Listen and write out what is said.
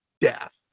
death